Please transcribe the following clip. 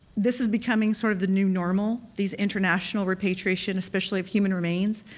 this is becoming sort of the new normal, these international repatriation especially of human remains.